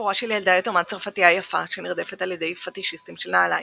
סיפורה של ילדה יתומה צרפתייה יפה שנרדפת על ידי פטישיסטים של נעליים.